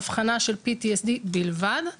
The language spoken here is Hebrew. אבחנה שלPTSD בלבד,